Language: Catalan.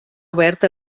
obert